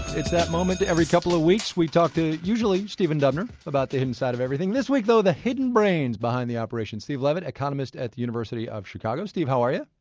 it's that moment every couple of weeks we talk to usually stephen dubner, about the hidden side of everything. this week, though, the hidden brains behind the operation steve levitt, economist at the university of chicago. steve, how are you?